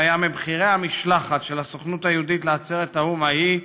שהיה מבכירי המשלחת של הסוכנות היהודית לעצרת האו"ם ההיא,